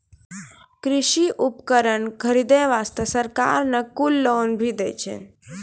कृषि उपकरण खरीदै वास्तॅ सरकार न कुल लोन भी दै छै